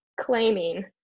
claiming